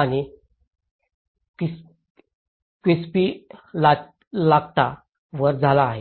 आणि क्विस्पिलॅक्टावर झाला आहे